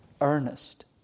earnest